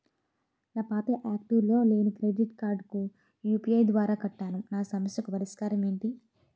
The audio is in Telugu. నా పాత యాక్టివ్ లో లేని క్రెడిట్ కార్డుకు యు.పి.ఐ ద్వారా కట్టాను నా సమస్యకు పరిష్కారం ఎంటి?